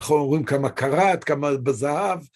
אנחנו אומרים כמה קראט, כמה בזהב.